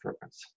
purpose